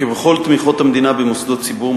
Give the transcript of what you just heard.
כבכל תמיכות המדינה במוסדות ציבור,